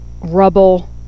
rubble